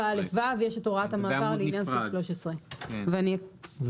נכון בתוך 64א(ו) יש את הוראת המעבר לעניין סעיף 13 ואני אקריא.